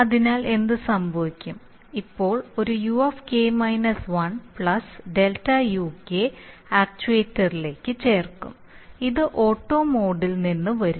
അതിനാൽ എന്ത് സംഭവിക്കും ഇപ്പോൾ ഒരു UK 1 പ്ലസ് ΔUK ആക്ച്യുവേറ്ററിലേക്ക് ചേർക്കും ഇത് ഓട്ടോ മോഡിൽ നിന്ന് വരും